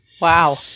Wow